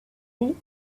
see